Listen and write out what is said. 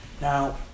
Now